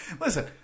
Listen